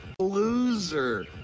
Loser